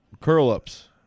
curl-ups